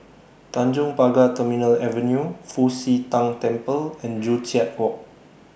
Tanjong Pagar Terminal Avenue Fu Xi Tang Temple and Joo Chiat Walk